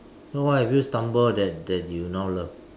no what have you stumbled that that you now love